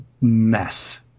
mess